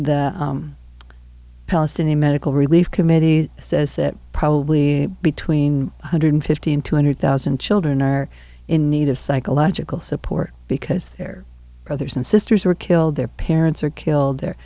traumatized palestinian medical relief committees says that probably between one hundred fifty and two hundred thousand children are in need of psychological support because their brothers and sisters were killed their parents are killed there